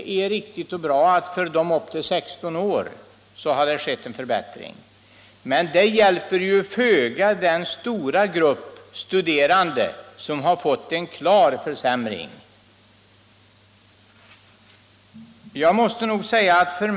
För ungdomar upp till 16 år har det skett en förbättring, och det är riktigt och bra. Men det hjälper föga den stora grupp studerande som har fått en klar försämring.